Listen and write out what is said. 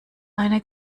eine